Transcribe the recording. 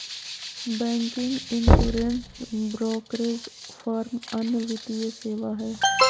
banking, insurance, brokerage firm अन्य वित्तीय सेवा हय